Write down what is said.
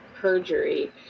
perjury